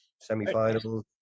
semi-finals